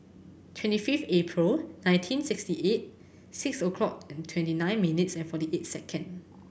twenty fifth April nineteen sixty eight six o'clock and twenty nine minutes and forty eight second